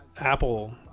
Apple